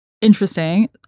interesting